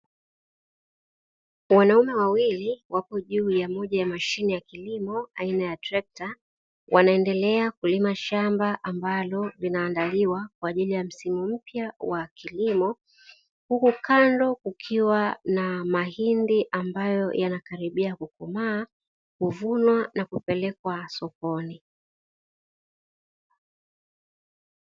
Wanaume wawili wapo juu ya moja ya mashine ya kilimo aina ya trekta, wanaendelea kulima shamba ambalo linaandaliwa kwa ajili ya msimu mpya wa kilimo, huku kando kukiwa na mahindi ambayo yanakaribia kukomaa, kuvunwa na kupelekwa sokoni.